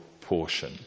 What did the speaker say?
portion